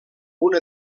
una